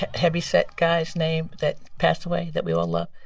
heavyset guy's name that passed away that we all love?